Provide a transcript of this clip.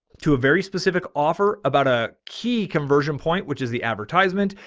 to a very specific offer about a key conversion point, which is the advertisement.